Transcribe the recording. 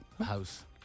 house